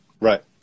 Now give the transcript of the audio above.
right